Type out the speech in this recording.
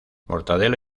mortadelo